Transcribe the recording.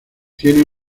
tiene